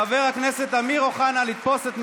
חבר הכנסת אמיר אוחנה לתפוס את מקומו.